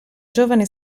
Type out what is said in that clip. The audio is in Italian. giovane